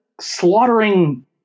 slaughtering